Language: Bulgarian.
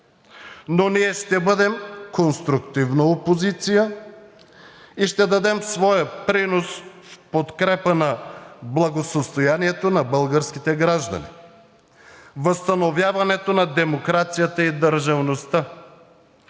Но ние ще бъдем конструктивна опозиция и ще дадем своя принос в подкрепа на благосъстоянието на българските граждани, възстановяването на демокрацията и държавността,